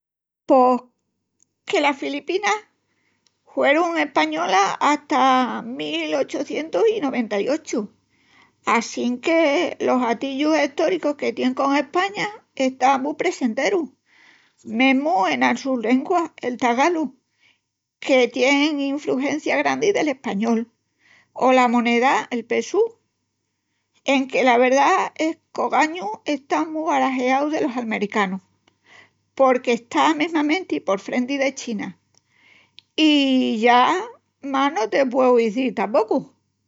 Pos que las Filipinas huerun españolas hata'l mil ochucientus i noventa-i-ochu. Assinque los atillus estóricus que tienin con España están mu presenterus, mesmu ena su lengua, el tagalo, que tien infrugencia grandi del español, o la moneda, el pesu. Enque la verdá es qu'ogañu están más barajeaus delos almericanus, porque está mesmamenti por frenti de China. I ya más no te pueu izil tapocu.